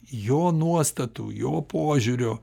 jo nuostatų jo požiūrio